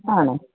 ആണോ